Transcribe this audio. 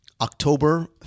October